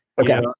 Okay